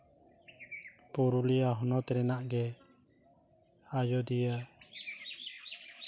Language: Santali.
ᱯᱩᱨᱩᱤᱭᱟ ᱦᱚᱱᱚᱛ ᱨᱮᱱᱟᱜ ᱜᱮ ᱟᱡᱳᱫᱤᱭᱟᱹ